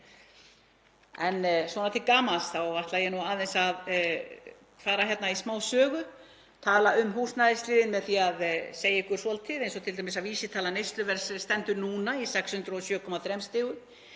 Svona til gamans ætla ég aðeins að fara í smá sögu, tala um húsnæðisliðinn með því að segja ykkur svolítið eins og t.d. að vísitala neysluverðs stendur núna í 607,3 stigum,